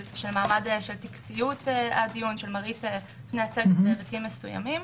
של מעמד של טקסיות הדיון, של היבטים מסוימים.